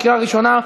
לקריאה ראשונה.